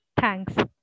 Thanks